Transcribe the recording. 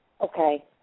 Okay